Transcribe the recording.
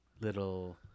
little